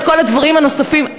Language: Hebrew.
את כל הדברים הנוספים.